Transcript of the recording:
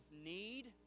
need